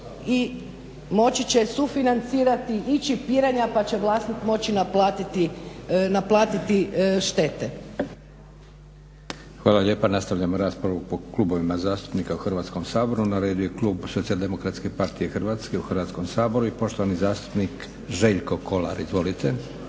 i moći će sufinancirati i čipiranja pa će vlasnik moći naplatiti štete.